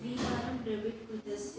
त्रिवारं डेबिट् कृतस्य